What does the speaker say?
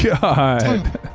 God